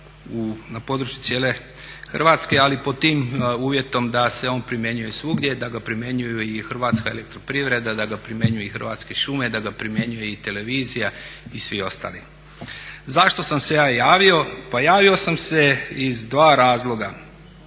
na području cijele Hrvatske ali pod tim uvjetom da se on primjenjuje svugdje, da ga primjenjuju i Hrvatska elektroprivreda, da ga primjenjuju i Hrvatske šume, da ga primjenjuje i televizija i svi ostali. Zašto sam se ja javio? Pa javio sam se iz dva razloga.